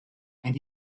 and